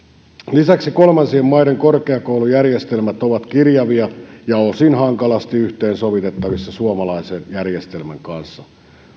lisäksi kolmansien maiden korkeakoulujärjestelmät ovat kirjavia ja osin hankalasti yhteensovitettavissa suomalaisen järjestelmän kanssa